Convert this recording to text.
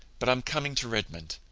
but i'm coming to redmond.